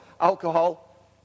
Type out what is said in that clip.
alcohol